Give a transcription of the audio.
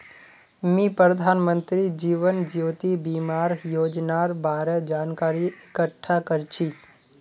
मी प्रधानमंत्री जीवन ज्योति बीमार योजनार बारे जानकारी इकट्ठा कर छी